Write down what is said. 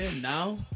Now